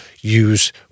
use